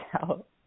out